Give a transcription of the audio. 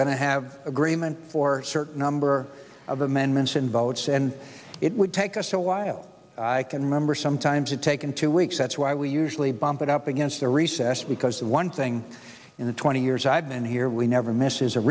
to have agreement for certain number of amendments and votes and it would take us a while i can remember sometimes it taken two weeks that's why we usually bump it up against a recess because the one thing in the twenty years i've been here we never misses a